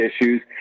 issues